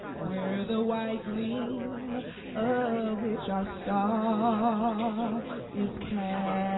where the white gleam of which our star ah is cast.